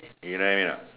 you know what I mean or not